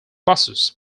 buses